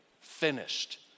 Finished